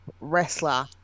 wrestler